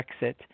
Brexit